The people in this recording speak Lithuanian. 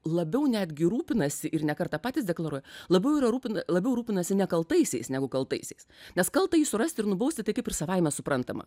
labiau netgi rūpinasi ir ne kartą patys deklaruoja labai yra rūpina labiau rūpinasi nekaltaisiais negu kaltaisiais nes kaltąjį surasti ir nubausti tai kaip savaime suprantama